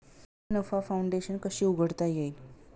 ना नफा फाउंडेशन कशी उघडता येईल?